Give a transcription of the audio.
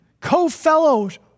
Co-fellows